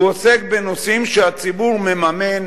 הוא עוסק בנושאים שהציבור מממן,